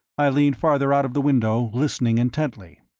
i leaned farther out of the window, listening intently.